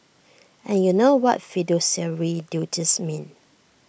and you know what fiduciary duties mean